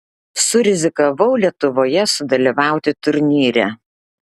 surizikavau lietuvoje sudalyvauti turnyre